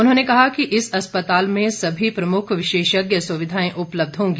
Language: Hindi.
उन्होंने कहा कि इस अस्पताल में सभी प्रमुख विशेषज्ञ सुविधाएं उपलब्ध होंगी